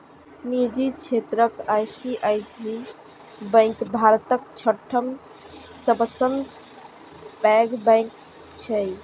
निजी क्षेत्रक ICICI bank भारतक छठम सबसं पैघ बैंक छियै